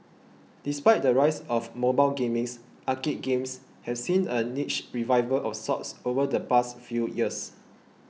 despite the rise of mobile gaming arcade games have seen a niche revival of sorts over the past few years